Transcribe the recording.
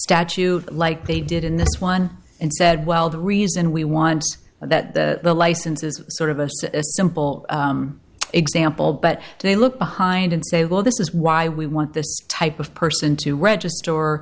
statute like they did in this one and said well the reason we want that the license is sort of us a simple example but they look behind and say well this is why we want this type of person to register